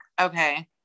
Okay